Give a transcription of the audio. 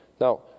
Now